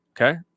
Okay